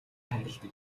хайрладаг